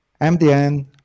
MDN